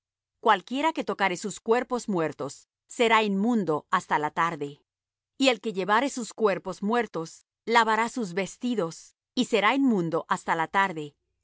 cualquiera que tocare sus cuerpos muertos será inmundo hasta la tarde y el que llevare sus cuerpos muertos lavará sus vestidos y será inmundo hasta la tarde